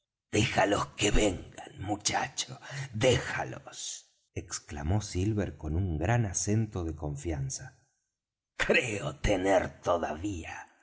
déjalos que vengan muchacho déjalos exclamó silver con un gran acento de confianza creo tener todavía